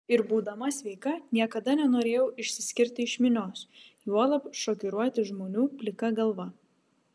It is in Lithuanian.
ir būdama sveika niekada nenorėjau išsiskirti iš minios juolab šokiruoti žmonių plika galva